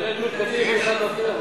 כולל גוש-קטיף, פתחת-רפיח.